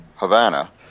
Havana